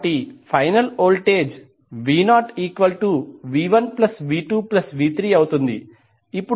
కాబట్టి final voltage v0v1v2v3 అవుతుంది